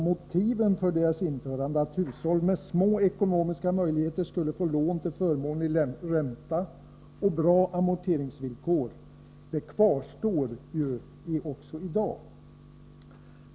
Motiven för lånens införande, att hushåll med små ekonomiska möjligheter skulle få lån till förmånlig ränta och med bra amorteringsvillkor, kvarstår även i dag.